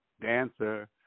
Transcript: dancer